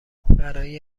برای